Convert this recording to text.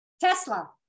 Tesla